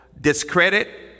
discredit